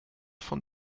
von